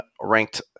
ranked